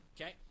Okay